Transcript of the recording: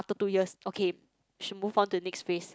after two years okay should move on to next phase